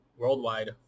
worldwide